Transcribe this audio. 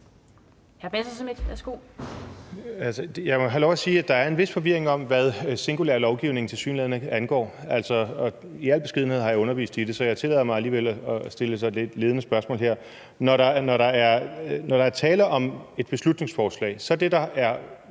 Jeg må have lov at sige, at der er en vis forvirring om, hvad singulær lovgivning tilsyneladende angår. I al beskedenhed har jeg undervist i det, så jeg tillader mig at stille et lidt ledende spørgsmål. Når der er tale om et beslutningsforslag, er det, der har